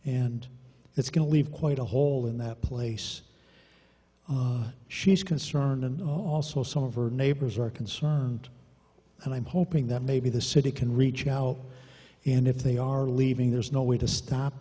and it's going to leave quite a hole in that place she's concerned and also some of her neighbors are concerned and i'm hoping that maybe the city can reach out and if they are leaving there's no way to stop